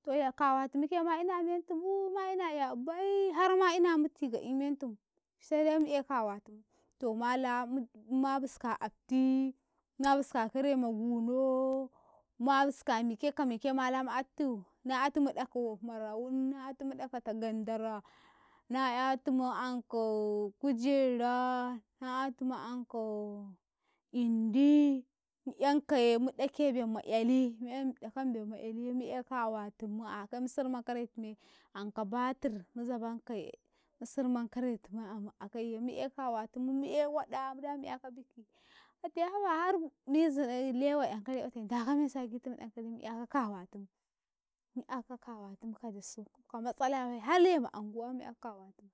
Ta ya kawatumuke ma ina mentumuu ma ina yabi bai har ma ina mu tigali mentum sede me aekawatumu to mala mud ma buska afti, mabuska kare ma gunou ma buskamike ka mike mala mu attu na yatumu ɗako marawun na'yatum ɗakata gandara na ‘yatum ankau kujera na ‘yatum ankau indii mu yankaye mu dake bemma ‘yalii mu'yam dakam bemma'yaliye mu eakawatum a akai mu surman karetum ye anka batir mu zabankaye mu surman karetum amakaye mu aekawatum muae wada muda mu'yaka biki, ote haba har mizi eh lewai ‘yan kare ote ndaka mensu agitumu don kare mu ‘yaka kawatum, mu'yaka kawatum ka dusu ka matsalabai har lemma anguwa mu'yaka kawatum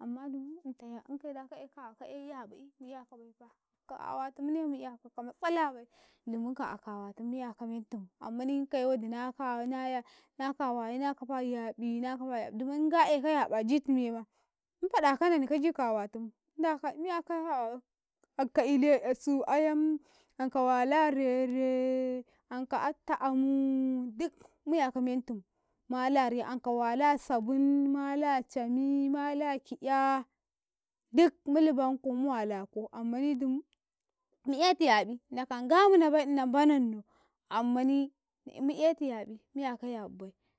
amma dumu inta yabi inkaye da ka ae kawa kaae yabi mu ‘yakabaifa kawatumne mu'yakar ka matsalabai dumun kan a kawatum mu'yaka mentum ammani ikaye wadina kawai na yabi na kawaiye na kafa a yabi na kafa a dumum nga eka yabia jitum yema mu faɗa kanani kaji kawatum, mundaka mu'yaka kawabai, anka ile ‘yasu ayamm anka wala a reree anka attilamuu duk mu'yakamentum malare anka wala sabun mela camii, mala ki'yaa duk mu lubankum mu walako ammanii dum mu aetu yabi na kanga munabai inanmbananno ammani na mu aetu yabi mu'yaka yabi bai.